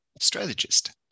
strategist